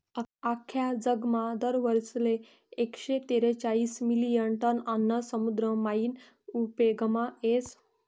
आख्खा जगमा दर वरीसले एकशे तेरेचायीस मिलियन टन आन्न समुद्र मायीन उपेगमा येस